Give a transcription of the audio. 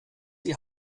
die